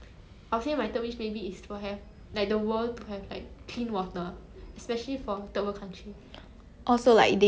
also like they have like how to say like access to resources like like 他们有有资源可以 like